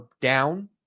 down